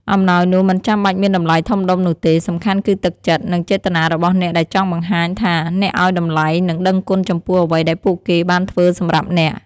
អំណោយនោះមិនចាំបាច់មានតម្លៃធំដុំនោះទេ សំខាន់គឺទឹកចិត្ត និងចេតនារបស់អ្នកដែលចង់បង្ហាញថាអ្នកឲ្យតម្លៃ និងដឹងគុណចំពោះអ្វីដែលពួកគេបានធ្វើសម្រាប់អ្នក។